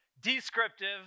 Descriptive